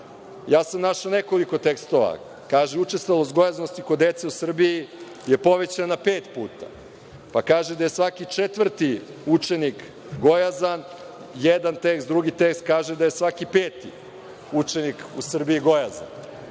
Ja sam našao nekoliko tekstova. Kaže – učestalost gojaznosti kod dece u Srbiji je povećana pet puta. Kaže da je svaki četvrti učenik gojazan, jedan tekst, drugi tekst kaže da je svaki peti učenik u Srbiji gojazan.